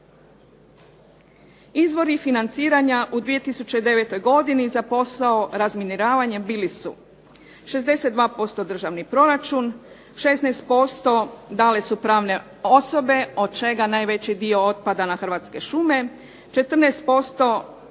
Izvori financiranja u 2009. godini za posao razminiravanja bili su 62% državni proračun, 16% dale su pravne osobe od čega najveći dio otpada na Hrvatske šume, 14%